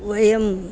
वयम्